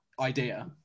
idea